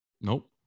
Nope